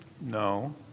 no